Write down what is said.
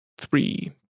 three